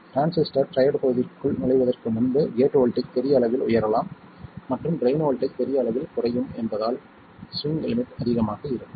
transistor triode பகுதிக்குள் நுழைவதற்கு முன்பு கேட் வோல்ட்டேஜ் பெரிய அளவில் உயரலாம் மற்றும் ட்ரைன் வோல்ட்டேஜ் பெரிய அளவில் குறையும் என்பதால் ஸ்விங் லிமிட் அதிகமாக இருக்கும்